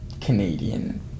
Canadian